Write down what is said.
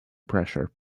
pressure